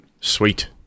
Sweet